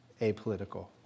apolitical